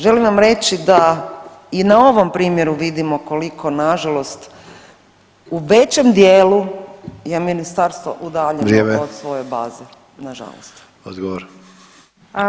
Želim vam reći da i na ovom primjeru vidimo koliko nažalost u većem dijelu je ministarstvo udaljeno od svoje baze nažalost.